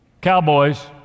Cowboys